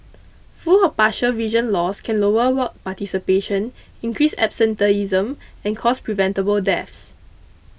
full or partial vision loss can lower work participation increase absenteeism and cause preventable deaths